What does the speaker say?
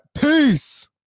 Peace